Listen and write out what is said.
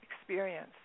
experience